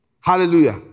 Hallelujah